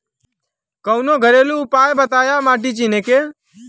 कवनो घरेलू उपाय बताया माटी चिन्हे के?